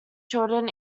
children